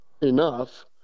enough